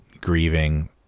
grieving